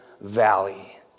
valley